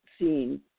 seen